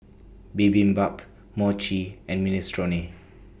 Bibimbap Mochi and Minestrone